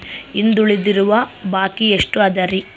ಇಂದು ಉಳಿದಿರುವ ಬಾಕಿ ಎಷ್ಟು ಅದರಿ?